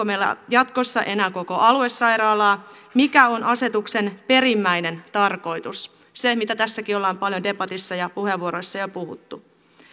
meillä jatkossa enää koko aluesairaalaa mikä on asetuksen perimmäinen tarkoitus se mitä tässäkin ollaan paljon debatissa ja puheenvuoroissa jo puhuttu